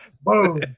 Boom